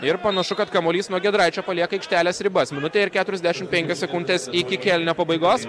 ir panašu kad kamuolys nuo giedraičio palieka aikštelės ribas minutė ir keturiasdešimt penkias sekundes iki kėlinio pabaigos